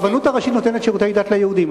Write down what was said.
הרבנות הראשית נותנת שירותי דת ליהודים,